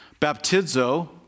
Baptizo